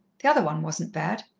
the other one wasn't bad.